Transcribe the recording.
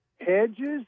hedges